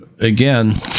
again